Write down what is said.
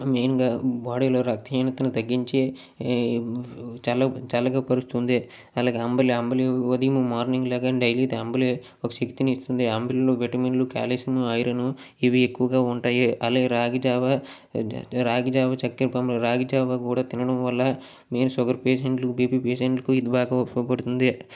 మెయిన్గా బాడీలో రక్తహీనతను తగ్గించే ఈ చల్ల చల్లగా పరుస్తుంది అలాగే అంబలి యంబలి ఉదయం మార్నింగ్ లెగ డైలీ అంబలి ఒక శక్తినిస్తుంది అంబలిలో విటమిను కాల్షియం ఐరను ఇవి ఎక్కువగా ఉంటాయి అలాగే రాగిజావ ర రాగిజావ చక్కర పొంగలి రాగి జావ కూడా తినడం వల్ల మెయిన్ షుగర్ పేషెంట్లు బీపీ పేషెంట్లకి ఇది బాగా ఉపయోగపడుతుంది